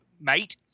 mate